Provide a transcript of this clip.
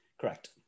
Correct